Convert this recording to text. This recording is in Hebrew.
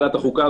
החוקה,